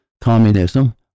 communism